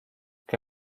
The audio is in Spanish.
que